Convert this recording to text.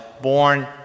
born